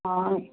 हाँ